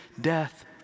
death